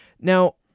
Now